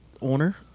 owner